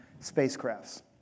spacecrafts